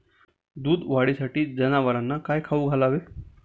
दूध वाढीसाठी जनावरांना काय खाऊ घालावे?